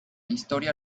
historia